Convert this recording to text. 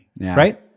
Right